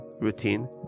routine